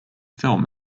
film